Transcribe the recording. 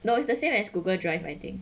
no it's the same as Google drive I think